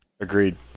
Agreed